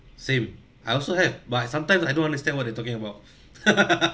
same I also have but I sometimes I don't understand what they talking about